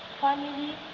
family